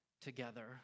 together